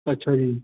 ਅੱਛਾ ਜੀ